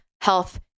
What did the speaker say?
health